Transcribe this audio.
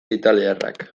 italiarrak